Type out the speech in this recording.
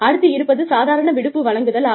அடுத்து இருப்பது சாதாரண விடுப்பு வழங்குதல் ஆகும்